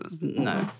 No